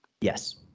Yes